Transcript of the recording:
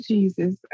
Jesus